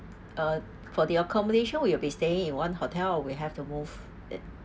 uh for the accommodation we'll be staying in one hotel or we have to move